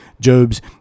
Job's